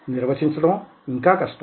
నిర్వచించడం ఇంకా కష్టం